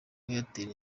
airtel